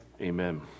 Amen